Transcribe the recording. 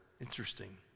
Interesting